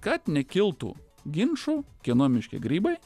kad nekiltų ginčų kieno miške grybai